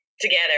together